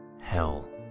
hell